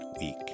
week